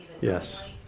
Yes